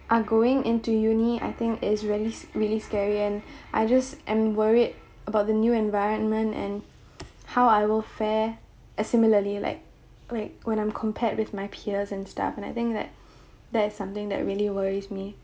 are going into uni I think it is really really scary and I just am worried about the new environment and how I will fare as similarly like like when I'm compared with my peers and stuff and I think that that is something that really worries me